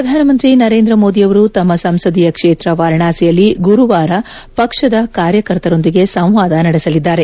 ಪ್ರಧಾನಮಂತ್ರಿ ನರೇಂದ್ರ ಮೋದಿಯವರು ತಮ್ಮ ಸಂಸದೀಯ ಕ್ಷೇತ್ರ ವಾರಾಣಸಿಯಲ್ಲಿ ಗುರುವಾರ ಪಕ್ಷದ ಎಲ್ಲ ಕಾರ್ಯಕರ್ತರೊಂದಿಗೆ ಸಂವಾದ ನಡೆಸಲಿದ್ದಾರೆ